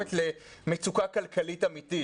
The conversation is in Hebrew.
מצטרפת למצוקה כלכלית אמיתית.